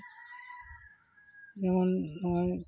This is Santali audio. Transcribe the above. ᱡᱮᱢᱚᱱ